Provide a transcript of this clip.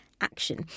action